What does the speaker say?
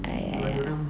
!aiya!